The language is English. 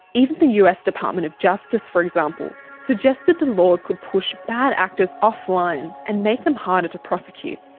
even the us department of justice, for example, suggested the laws could push bad actors offline and make them harder to prosecute.